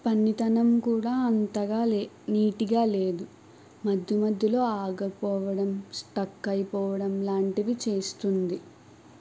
పనితనం కూడా అంతగాలే నీట్గా లేదు మధ్య మధ్యలో ఆగిపోవడం స్టక్ అయిపోవడం లాంటివి చేస్తుంది